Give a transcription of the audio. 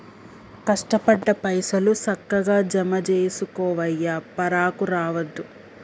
కష్టపడ్డ పైసలు, సక్కగ జమజేసుకోవయ్యా, పరాకు రావద్దు